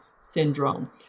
syndrome